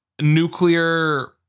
nuclear